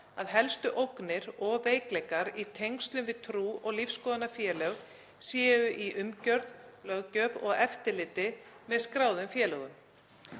að helstu ógnir og veikleikar í tengslum við trú- og lífsskoðunarfélög séu í umgjörð, löggjöf og eftirliti með skráðum félögum.